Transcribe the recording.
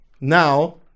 Now